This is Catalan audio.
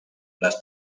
les